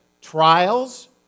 Trials